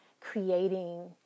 creating